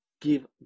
give